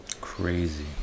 Crazy